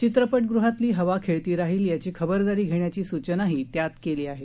चित्रपटगृहातली हवा खेळती राहील याची खबरदारी घेण्याची सूचनाही त्यात केली आहे